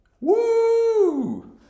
Woo